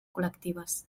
col·lectives